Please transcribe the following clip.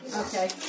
okay